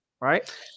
Right